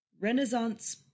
Renaissance